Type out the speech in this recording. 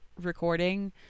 recording